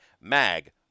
MAG